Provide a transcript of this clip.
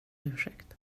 ursäkt